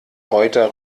reuter